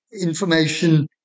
information